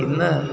ഇന്ന്